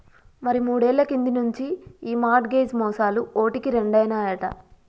మరి మూడేళ్ల కింది నుంచి ఈ మార్ట్ గేజ్ మోసాలు ఓటికి రెండైనాయట